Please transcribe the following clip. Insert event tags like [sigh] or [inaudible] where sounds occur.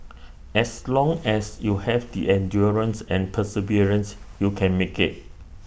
[noise] as long as you have the endurance and perseverance you can make IT